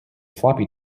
floppy